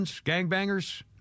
Gangbangers